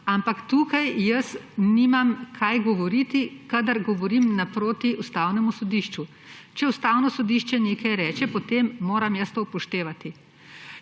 Ampak tukaj jaz nimam kaj govoriti, kadar govorim naproti Ustavnemu sodišču. Če Ustavno sodišče nekaj reče, potem moram jaz to upoštevati